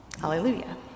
Hallelujah